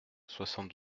soixante